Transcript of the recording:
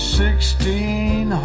sixteen